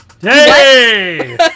Yay